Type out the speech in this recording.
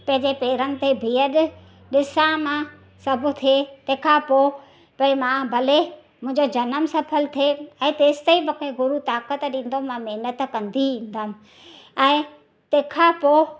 पंहिंजे पेरनि ते बिहनि ॾिसां मां सभु थिए तंहिंखां पोइ भई मां भले मुंहिंजो जनम सफ़िलो थिए ऐं तेसि ताईं मूंखे गुरू ताकत ॾींदो मां महिनत कंदी ईंदमि ऐं तंहिंखां पोइ